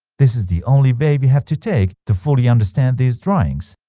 this is the only way we have to take to fully understand these drawings